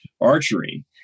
archery